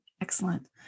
Excellent